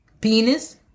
Penis